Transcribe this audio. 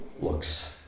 looks